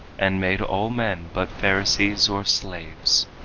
and made all men but pharisees or slaves.